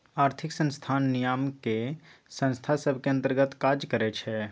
आर्थिक संस्थान नियामक संस्था सभ के अंतर्गत काज करइ छै